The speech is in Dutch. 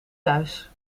thuis